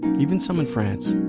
even some in france,